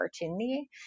opportunity